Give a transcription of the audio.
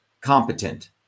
competent